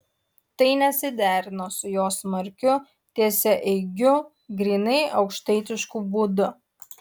tai nesiderino su jo smarkiu tiesiaeigiu grynai aukštaitišku būdu